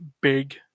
big